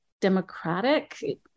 democratic